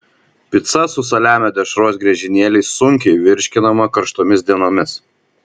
pica su saliamio dešros griežinėliais sunkiai virškinama karštomis dienomis